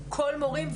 מורים,